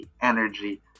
energy